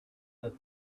that